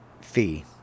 fee